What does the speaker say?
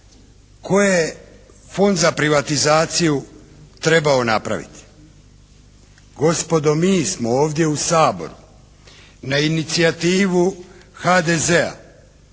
koje je Fond za privatizaciju trebao napraviti. Gospodo mi smo ovdje u Saboru na inicijativu HDZ-a